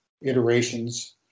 iterations